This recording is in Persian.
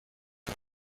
های